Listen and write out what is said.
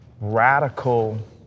radical